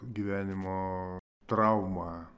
gyvenimo trauma